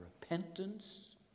repentance